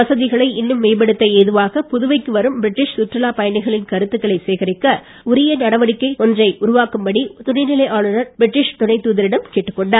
வசதிகளை இன்னும் மேம்படுத்த ஏதுவாக புதுவைக்கு வரும் பிரட்டீஷ் சுற்றுலா பயணிகளின் கருத்துக்களை சேகரிக்க உரிய நடைமுறை ஒன்றை உருவாக்கும்படி துணைநிலை ஆளுநர் பிரட்டீஷ் துணைத் தாதரிடம் கேட்டுக்கொண்டார்